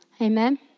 Amen